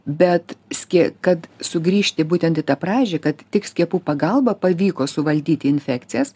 bet skie kad sugrįžti būtent į tą pradžią kad tik skiepų pagalba pavyko suvaldyti infekcijas